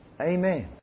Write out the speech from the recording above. Amen